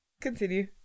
Continue